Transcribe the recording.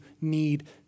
need